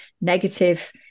negative